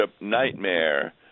nightmare